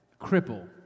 cripple